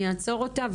אני אעצור אותה.